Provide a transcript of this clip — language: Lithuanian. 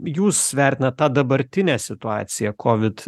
jūs vertinat tą dabartinę situaciją kovid